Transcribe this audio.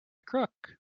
crook